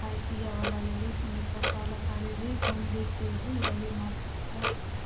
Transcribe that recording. खाइ पिएवला लेलहुँ कपड़ा लत्ता लेलहुँ घुमलहुँ फिरलहुँ अएलहुँ मार्केटसँ